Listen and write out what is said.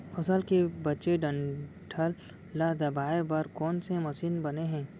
फसल के बचे डंठल ल दबाये बर कोन से मशीन बने हे?